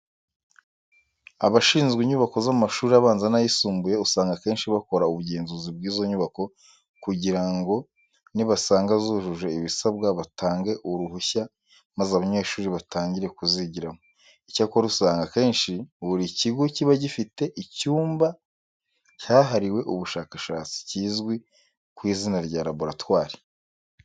Abashizwe inyubako z'amashuri abanza n'ayisumbuye usanga akenshi bakora ubugenzuzi bw'izo nyubako kugira ngo nibasanga zujuje ibisabwa batange uruhushya maze abanyeshuri batangire kuzigiramo. Icyakora usanga akenshi buri kigo kiba gifite icyumba cyahariwe ubushakashatsi kizwi ku izina rya laboratwari.